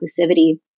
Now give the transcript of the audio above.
inclusivity